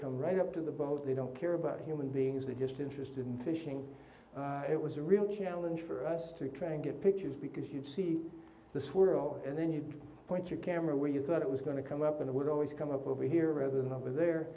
come right up to the boat they don't care about human beings they're just interested in fishing it was a real challenge for us to try and get pictures because you'd see the swirl and then you point your camera where you thought it was going to come up and it would always come up over here rather than i was there